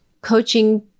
Coaching